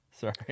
Sorry